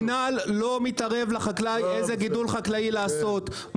המינהל לא מתערב לחקלאי איזה גידול חקלאי לעשות.